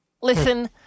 Listen